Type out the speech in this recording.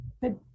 Good